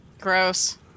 Gross